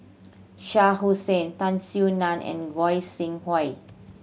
Shah Hussain Tan Soo Nan and Goi Seng Hui